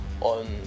on